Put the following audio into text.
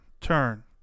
turn